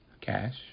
cash